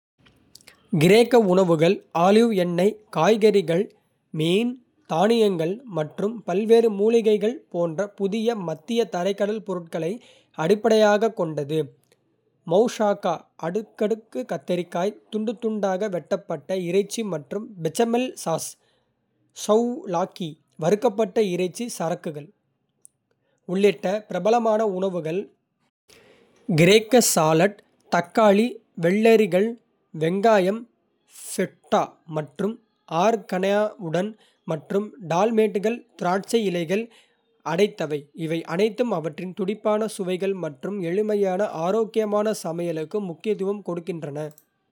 கிரேக்க உணவுகள் ஆலிவ் எண்ணெய், காய்கறிகள், மீன், தானியங்கள் மற்றும் பல்வேறு மூலிகைகள் போன்ற புதிய, மத்திய தரைக்கடல் பொருட்களை அடிப்படையாகக் கொண்டது. மௌசாகா அடுக்கு கத்தரிக்காய், துண்டு துண்தாக வெட்டப்பட்ட இறைச்சி மற்றும் பெச்சமெல் சாஸ், சௌவ்லாகி வறுக்கப்பட்ட இறைச்சி சறுக்குகள். உள்ளிட்ட பிரபலமான உணவுகள்.கிரேக்க சாலட் தக்காளி, வெள்ளரிகள், வெங்காயம், பெட்டா மற்றும் ஆர்கனோவுடன். மற்றும் டால்மேட்கள் திராட்சை இலைகள் அடைத்தவை, இவை அனைத்தும் அவற்றின் துடிப்பான சுவைகள் மற்றும் எளிமையான, ஆரோக்கியமான சமையலுக்கு முக்கியத்துவம் கொடுக்கின்றன.